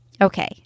Okay